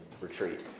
retreat